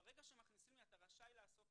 אז אני רשאי לעשות